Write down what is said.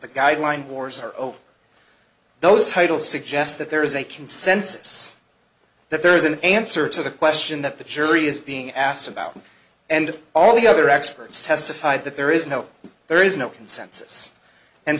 the guideline wars are over those titles suggest that there is a consensus that there is an answer to the question that the jury is being asked about and all the other experts testified that there is no there is no consensus and